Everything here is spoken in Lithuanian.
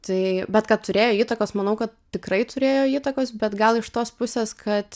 tai bet kad turėjo įtakos manau kad tikrai turėjo įtakos bet gal iš tos pusės kad